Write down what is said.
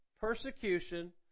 persecution